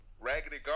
Raggedy